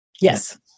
Yes